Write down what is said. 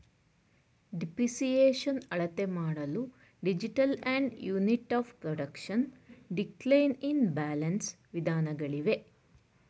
depreciation ಅಳತೆಮಾಡಲು digital and unit of production, decline in balance ವಿಧಾನಗಳಿವೆ